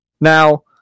Now